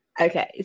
Okay